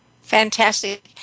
Fantastic